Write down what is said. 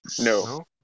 No